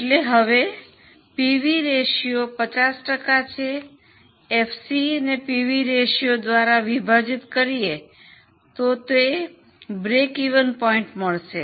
તેથી PV ratio 50 ટકા છે એફસી ને પીવી રેશિયો દ્વારા વિભાજિત કરીયે તો સમતૂર બિંદુ મળશે